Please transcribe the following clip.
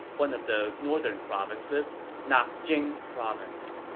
one of the northern provinces, not jing province.